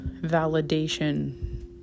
validation